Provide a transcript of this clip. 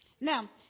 Now